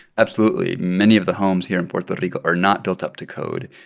absolutely. many of the homes here in puerto rico are not built up to code.